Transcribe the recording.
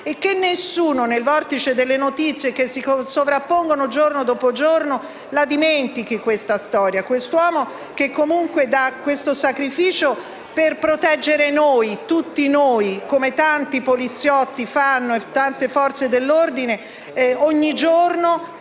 affinché nessuno, nel vortice delle notizie che si sovrappongono giorno dopo giorno, dimentichi la storia di quest'uomo che comunque ha compiuto tale sacrificio per proteggere noi, tutti noi, come tanti poliziotti, come le Forze dell'ordine fanno ogni giorno